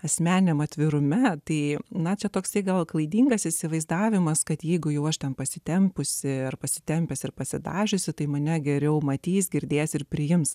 asmeniniam atvirume tai nacija toksai gal klaidingas įsivaizdavimas kad jeigu jau aš ten pasitempusi ar pasitempęs ir pasidažiusi tai mane geriau matys girdės ir priims